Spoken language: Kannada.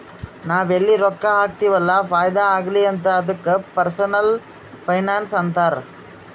ನಾವ್ ಎಲ್ಲಿ ರೊಕ್ಕಾ ಹಾಕ್ತಿವ್ ಅಲ್ಲ ಫೈದಾ ಆಗ್ಲಿ ಅಂತ್ ಅದ್ದುಕ ಪರ್ಸನಲ್ ಫೈನಾನ್ಸ್ ಅಂತಾರ್